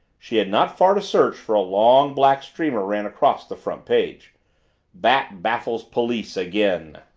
she had not far to search for a long black streamer ran across the front page bat baffles police again.